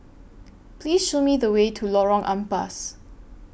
Please Show Me The Way to Lorong Ampas